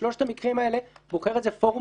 בשלושת המקרים האלה בוחר את זה פורום